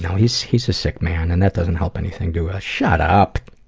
know, he's he's a sick man, and that doesn't help anything to ah, shut up,